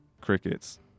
crickets